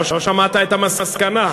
לא שמעת את המסקנה.